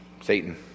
Satan